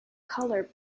colour